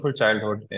childhood